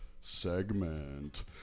segment